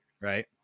right